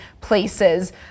places